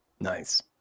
Nice